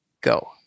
go